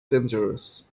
dangerous